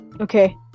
Okay